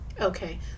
Okay